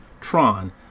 Tron